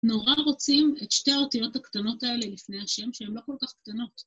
נורא רוצים את שתי האותיות הקטנות האלה, לפני השם, שהן לא כל כך קטנות.